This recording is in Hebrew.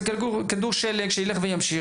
זה כדור שלג שילך וימשיך.